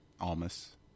Almas